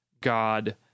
God